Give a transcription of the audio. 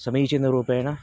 समीचीनरूपेण